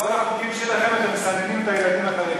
בכל החוקים שלכם אתם מסננים את הילדים החרדים.